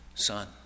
Son